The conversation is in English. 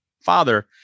father